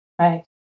right